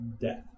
death